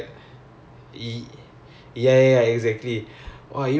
unless you know the know what to say everything is it ya